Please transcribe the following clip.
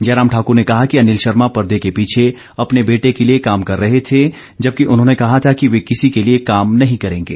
जयराम ठाकुर ने कहा कि अनिल शर्मा पर्दे के पीछे अपने बेटे के लिए काम कर रहे थे जबकि उन्होंने कहा था कि वे किसी के लिए काम नहीं करेंगे